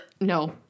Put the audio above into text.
No